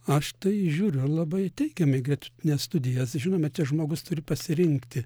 aš tai žiūriu labai teigiami į gretutines studijas žinome žmogus turi pasirinkti